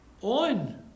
on